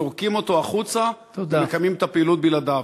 זורקים אותו החוצה ומקיימים את הפעילות בלעדיו.